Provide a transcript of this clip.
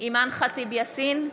אימאן ח'טיב יאסין,